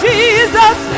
Jesus